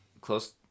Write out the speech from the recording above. Close